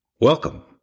Welcome